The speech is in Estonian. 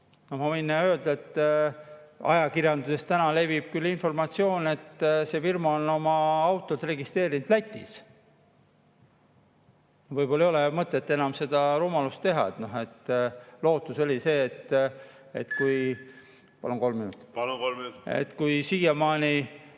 Ma võin öelda, et ajakirjanduses levib informatsioon, et see firma on oma autod registreerinud Lätis. Võib-olla ei ole mõtet enam seda rumalust teha. Lootus oli see, et kui … Palun